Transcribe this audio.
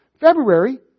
February